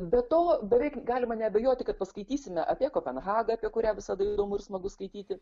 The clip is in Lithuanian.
be to beveik galima neabejoti kad paskaitysime apie kopenhagą apie kurią visada įdomu ir smagu skaityti